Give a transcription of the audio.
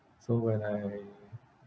so when I